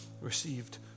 received